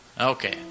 Okay